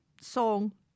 song